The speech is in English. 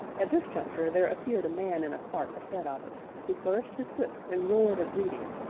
at this juncture there appeared a man in a cart, ahead of us, who flourished his whip and roared a greeting,